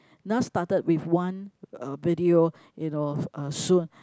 Nas started with one uh video you know soon